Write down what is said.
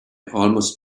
almost